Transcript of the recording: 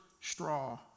straw